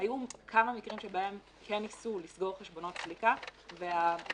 היו כמה מקרים שבהם כן ניסו לסגור חשבונות סליקה והספקים